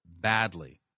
badly